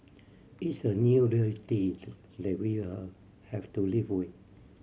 it's a new reality that we'll have to live with